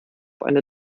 eine